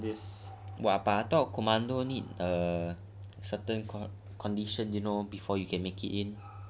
!wah! but I thought commando need err certain conditions you know